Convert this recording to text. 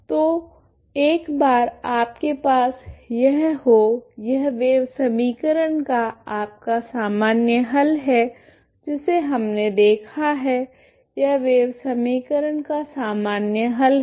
तो एक बार आपके पास यह होयह वेव समीकरण का आपका सामान्य हल है जिसे हमने देखा है यह वेव समीकरण का सामान्य हल है